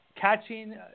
catching